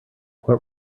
what